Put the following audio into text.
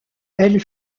elle